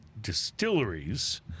distilleries